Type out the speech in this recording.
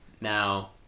Now